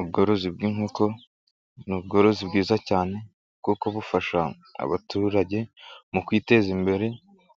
Ubworozi bw'inkoko ni ubworozi bwiza cyane kuko kubufasha abaturage mu kwiteza imbere